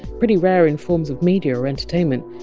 pretty rare in forms of media or entertainment.